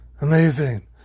amazing